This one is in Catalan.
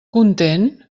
content